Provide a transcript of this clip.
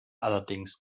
allerdings